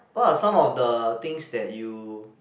what are some of the things that you